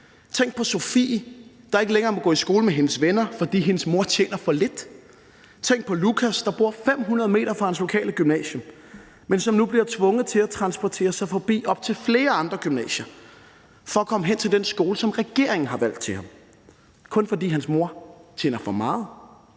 Tænk på Sofie, der ikke længere må gå i skole med sine venner, fordi hendes mor tjener for lidt. Tænk på Lucas, der bor 500 m fra sit lokale gymnasium, men som nu bliver tvunget til at transportere sig forbi op til flere andre gymnasier for at komme hen til den skole, som regeringen har valgt til ham, kun fordi hans mor tjener for meget.